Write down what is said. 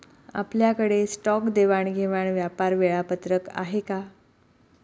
आपल्याकडे स्टॉक देवाणघेवाण व्यापार वेळापत्रक आहे का?